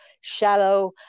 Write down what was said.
shallow